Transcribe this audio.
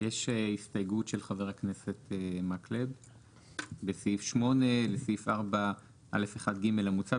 יש הסתייגות של חבר הכנסת מקלב בסעיף 8 לסעיף 4א1 (ג) המוצע,